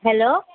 hello